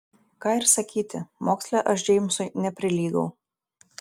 ką ir sakyti moksle aš džeimsui neprilygau